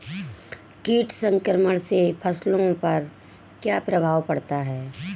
कीट संक्रमण से फसलों पर क्या प्रभाव पड़ता है?